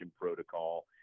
protocol